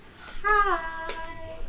Hi